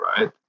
right